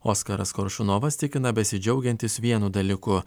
oskaras koršunovas tikina besidžiaugiantis vienu dalyku